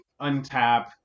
untap